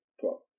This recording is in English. Twelve